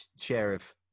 Sheriff